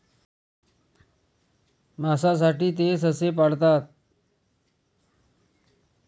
मांसासाठी ते ससे पाळतात